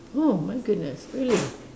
oh my goodness really